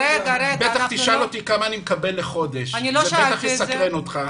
בטח תשאל אותי כמה אני מקבל לחודש כי זה בטח מסקרן אותך.